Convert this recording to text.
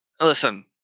listen